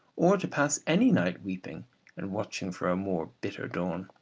or to pass any night weeping and watching for a more bitter dawn.